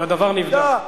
הדבר נבדק.